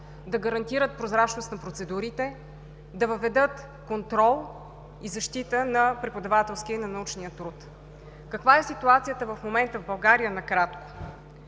да гарантират прозрачност на процедурите, да въведат контрол и защита на преподавателския и на научния труд. Каква е ситуацията в момента в България?